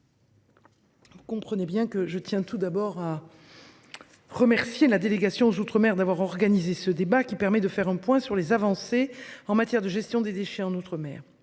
Vous comprenez bien que je tiens tout d'abord à. Remercier la délégation aux outre-mer d'avoir organisé ce débat qui permet de faire un point sur les avancées en matière de gestion des déchets en outre-mer